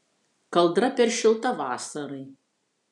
kaldra per šilta vasarai